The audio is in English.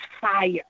fire